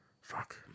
fuck